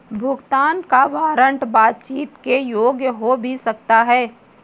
भुगतान का वारंट बातचीत के योग्य हो भी सकता है